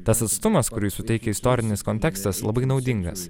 tas atstumas kurį suteikia istorinis kontekstas labai naudingas